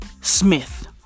Smith